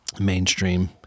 mainstream